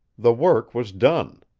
the work was done.